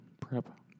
prep